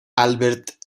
albert